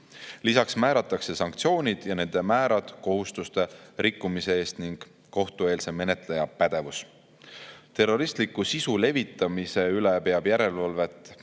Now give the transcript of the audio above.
Lisaks määratakse sanktsioonid ja nende määrad kohustuste rikkumise eest ning kohtueelse menetleja pädevus. Terroristliku sisu levitamise üle peab järelevalvet